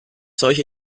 solche